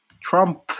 Trump